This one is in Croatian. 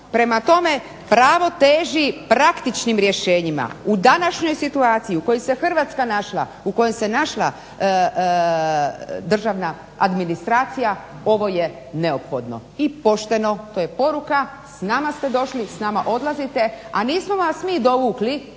Prema tome, pravo teži praktičnim rješenjima. U današnjoj situaciji u kojoj se Hrvatska našla, u kojoj se našla državna administracija ovo je neophodno i pošteno. To je poruka. S nama ste došli, s nama odlazite, a nismo vas mi dovukli